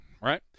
right